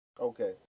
Okay